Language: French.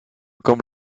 comme